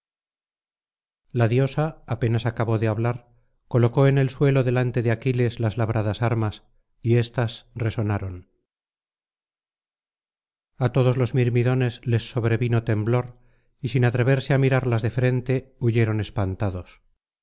la diosa apenas acabó de hablar colocó en el suelo delante de aquiles las labradas armas y éstas resonaron a todos los mirmidones les sobrevino temblor y sin atreverse á mirarlas de frente huyeron espantados